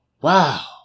wow